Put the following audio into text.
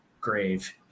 grave